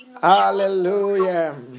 Hallelujah